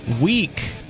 week